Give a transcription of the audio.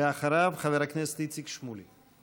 ואחריו, חבר הכנסת איציק שמולי.